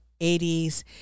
80s